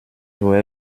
wide